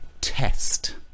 test